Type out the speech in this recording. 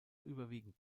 überwiegend